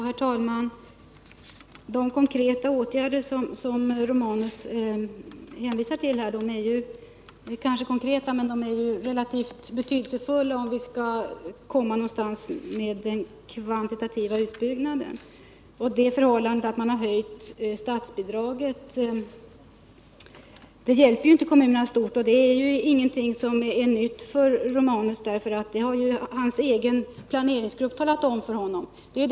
Herr talman! De konkreta åtgärder som Gabriel Romanus hänvisar till är kanske konkreta men relativt betydelselösa, om vi skall komma någonstans med den kvantitativa utbyggnaden. Det förhållandet att statsbidraget höjts hjälper inte kommunerna särskilt mycket. Detta är inte heller något nytt för Gabriel Romanus, för det har hans egen planeringsgrupp inom socialdepartementet talat om för honom.